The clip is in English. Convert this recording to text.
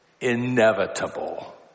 inevitable